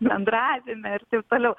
bendravime ir taip toliau